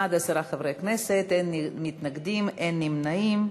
בעד, עשרה חברי כנסת, אין מתנגדים, אין נמנעים.